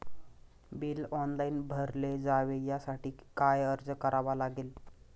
Bill online भरले जावे यासाठी काय अर्ज करावा लागेल?